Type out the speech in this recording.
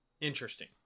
interesting